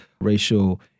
racial